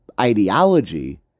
ideology